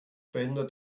verhindert